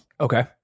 Okay